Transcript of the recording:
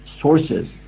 sources